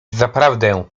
zaprawdę